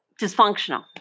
dysfunctional